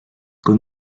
con